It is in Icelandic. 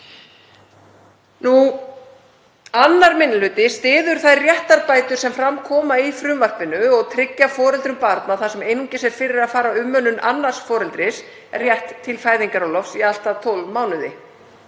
Annar minni hluti styður þær réttarbætur sem fram koma í frumvarpinu og tryggja foreldrum barna þar sem einungis er fyrir að fara umönnun annars foreldris rétt til fæðingarorlofs í allt að 12 mánuði.